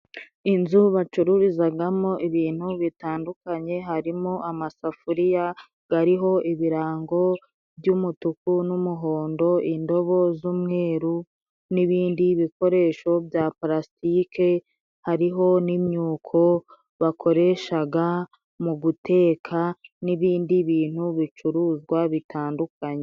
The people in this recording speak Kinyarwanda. Inzu bacururizagamo ibintu bitandukanye harimo amasafuriya gariho ibirango by'umutuku n'umuhondo ,indobo z'umweru n'ibindi bikoresho bya parasitike hariho n'imyuko bakoreshaga mu guteka n'ibindi bintu bicuruzwa bitandukanye.